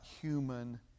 human